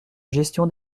gestion